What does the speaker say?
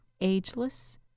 ageless